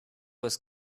was